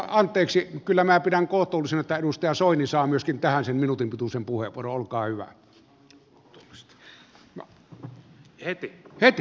anteeksi kyllä minä pidän kohtuullisena että edustaja soini saa myöskin tähän sen minuutin pituisen puheenvuoron olkaa hyvä